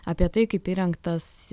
apie tai kaip įrengtas